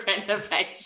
renovation